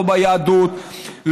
לא ביהדות,